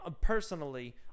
personally